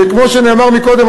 כמו שנאמר קודם,